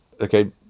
okay